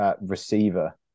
receiver